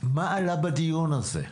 מה עלה בדיון הזה.